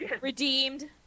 Redeemed